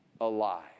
alive